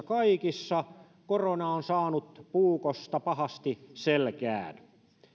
kaikissa pohjalaismaakunnissa korona on saanut puukosta pahasti selkään